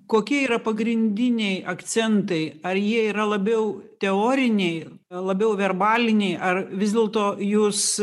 kokie yra pagrindiniai akcentai ar jie yra labiau teoriniai labiau verbaliniai ar vis dėlto jūs